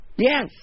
Yes